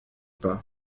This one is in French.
pas